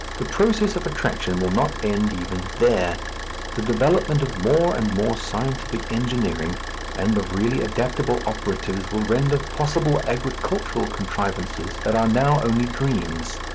the process of attraction will not end even there the development of more and more scientific engineering and of really adaptable operatives will render possible agricultural contrivances that are now only dreams,